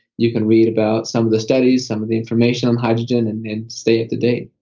you can read about some of the studies, some of the information on hydrogen, and and stay up-to-date